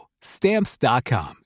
Stamps.com